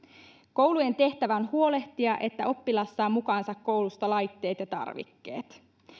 koulujen tehtävä on huolehtia että oppilas saa koulusta mukaansa laitteet ja tarvikkeet